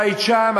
בית שם,